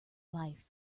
life